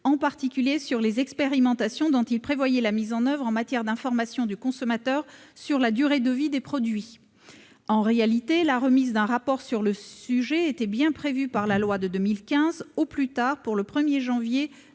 en particulier sur le bilan des expérimentations prévues en matière d'information du consommateur sur la durée de vie des produits. En réalité, la remise d'un rapport sur le sujet était bien prévue par la loi de 2015, au plus tard pour le 1 janvier 2018.